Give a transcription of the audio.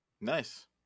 Nice